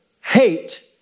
hate